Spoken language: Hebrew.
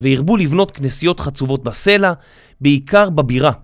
והרבו לבנות כנסיות חצובות בסלע, בעיקר בבירה.